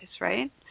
right